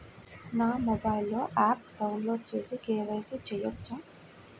నా మొబైల్లో ఆప్ను డౌన్లోడ్ చేసి కే.వై.సి చేయచ్చా?